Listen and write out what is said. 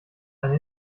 eine